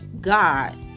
God